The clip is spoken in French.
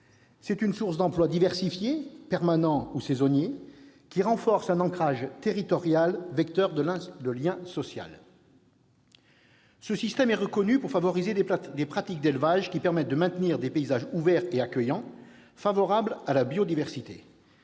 C'est une source d'emplois diversifiés, permanents ou saisonniers, qui renforce un ancrage territorial, vecteur de lien social. Ce système est reconnu pour favoriser des pratiques d'élevage qui permettent de maintenir des paysages ouverts et accueillants, favorables à la biodiversité.